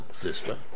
sister